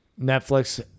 Netflix